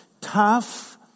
Tough